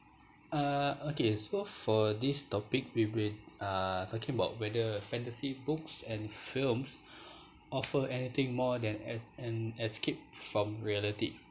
uh okay so for this topic we will uh talking about whether fantasy books and films offer anything more than an an escape from reality